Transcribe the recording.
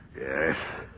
Yes